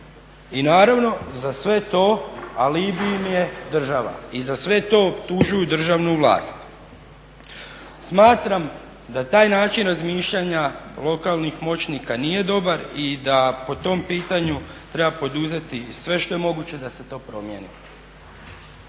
I naravno za sve to alibi im je država. I za sve to optužuju državnu vlast. Smatram da taj način razmišljanja lokalnih moćnika nije dobar i da po tom pitanju treba poduzeti sve što je moguće da se to promijeni.